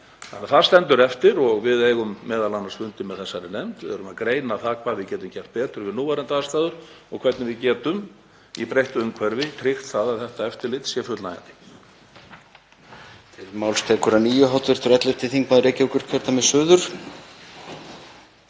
Þannig að það stendur eftir og við eigum m.a. fundi með þessari nefnd. Við erum að greina það hvað við getum gert betur við núverandi aðstæður og hvernig við getum í breyttu umhverfi tryggt að þetta eftirlit sé fullnægjandi.